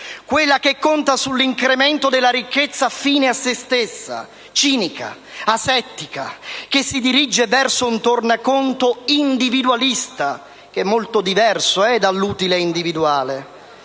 quella che conta sull'incremento della ricchezza fine a se stessa, cinica, asettica, che si dirige verso un tornaconto individualista (che è molto diverso dall'utile individuale),